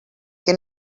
que